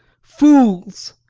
fools,